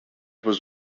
was